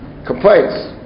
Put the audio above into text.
complaints